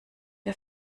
der